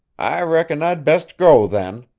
i reckon i'd best go, then,